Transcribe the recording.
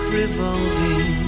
revolving